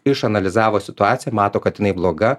išanalizavo situaciją mato kad jinai bloga